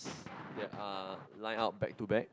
that are lined up back to back